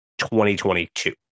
2022